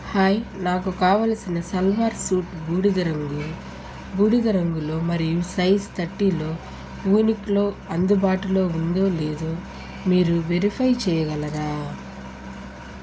hi నాకు కావలసిన salwar suit బూడిద రంగు బూడిద రంగులో మరియు సైజ్ థర్టీలో వూనిక్లో అందుబాటులో ఉందో లేదో మీరు వెరిఫై చేయగలరా